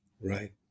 Right